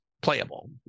playable